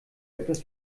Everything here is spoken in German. etwas